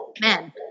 men